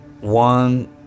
One